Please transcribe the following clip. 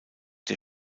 der